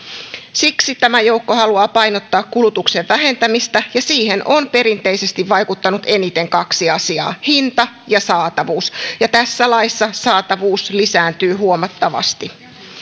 siksi tämä joukko haluaa painottaa kulutuksen vähentämistä ja siihen on perinteisesti vaikuttanut eniten kaksi asiaa hinta ja saatavuus tässä laissa saatavuus lisääntyy huomattavasti